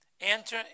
Enter